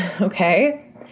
Okay